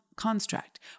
construct